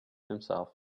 himself